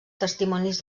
testimonis